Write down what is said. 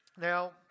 now